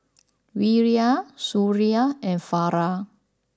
Wira Suria and Farah